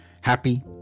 happy